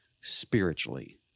spiritually